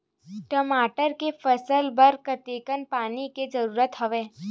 टमाटर के फसल बर कतेकन पानी के जरूरत हवय?